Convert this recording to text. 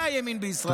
זה הימין בישראל.